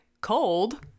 cold